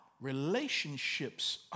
Relationships